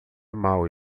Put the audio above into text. mau